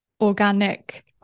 organic